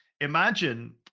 imagine